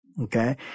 Okay